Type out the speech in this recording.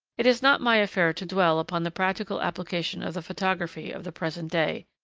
it is not my affair to dwell upon the practical application of the photography of the present day,